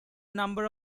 number